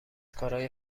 کارای